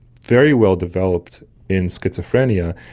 very well developed in schizophrenia,